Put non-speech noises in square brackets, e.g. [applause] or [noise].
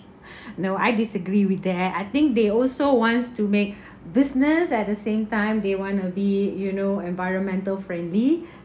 no I disagree with that I think they also wants to make [breath] business at the same time they want to be you know environmental friendly